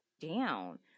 down